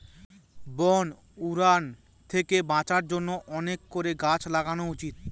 বন উজাড় থেকে বাঁচার জন্য অনেক করে গাছ লাগানো উচিত